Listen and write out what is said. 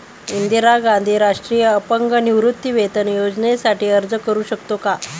इंदिरा गांधी राष्ट्रीय अपंग निवृत्तीवेतन योजनेसाठी अर्ज करू शकतो का?